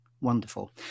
Wonderful